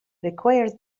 requires